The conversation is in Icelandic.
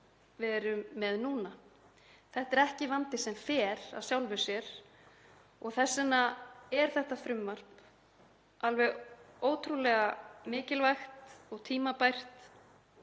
við erum með núna. Þetta er ekki vandi sem fer af sjálfu sér og þess vegna er þetta frumvarp alveg ótrúlega mikilvægt og tímabært.